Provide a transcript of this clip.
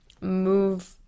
move